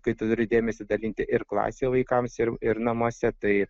kai turi dėmesį dalinti ir klasėj vaikams ir ir namuose tai